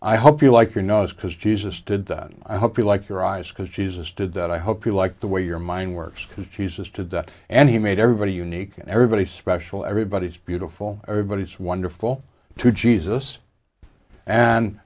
i hope you like your nose because jesus did that i hope you like your eyes because jesus did that i hope you like the way your mind works because jesus did that and he made everybody unique and everybody special everybody's beautiful everybody it's wonderful to jesus and